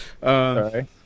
Sorry